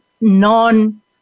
non